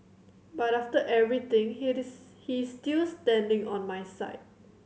but after everything he he still standing on my side